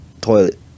toilet